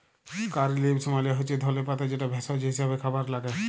কারী leaves মালে হচ্যে ধলে পাতা যেটা ভেষজ হিসেবে খাবারে লাগ্যে